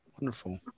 Wonderful